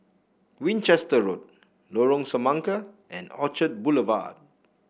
Winchester Road Lorong Semangka and Orchard Boulevard